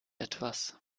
etwas